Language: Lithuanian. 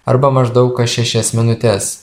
arba maždaug kas šešias minutes